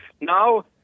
now